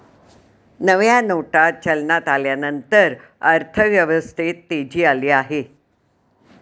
नव्या नोटा चलनात आल्यानंतर अर्थव्यवस्थेत तेजी आली आहे